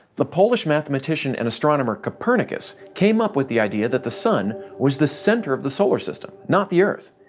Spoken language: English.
the polish mathematician and astronomer copernicus came up with the idea that the sun was the center of the solar system, not the earth.